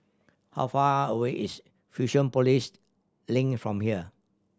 how far away is Fusionopolis Link from here